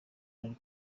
nari